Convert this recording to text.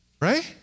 right